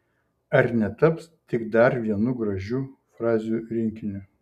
ar netaps tik dar vienu gražių frazių rinkiniu